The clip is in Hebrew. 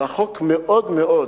רחוק מאוד מאוד